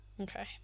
Okay